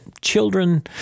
children